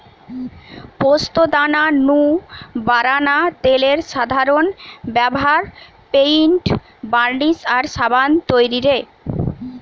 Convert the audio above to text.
পোস্তদানা নু বারানা তেলের সাধারন ব্যভার পেইন্ট, বার্নিশ আর সাবান তৈরিরে